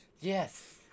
Yes